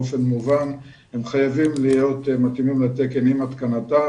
באופן מובן הם חייבים להיות מתאימים לתקן עם התקנתם,